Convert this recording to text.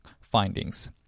findings